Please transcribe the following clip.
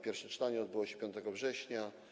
Pierwsze czytanie odbyło się 5 września.